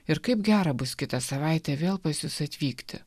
ir kaip gera bus kitą savaitę vėl pas jus atvykti